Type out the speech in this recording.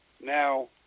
Now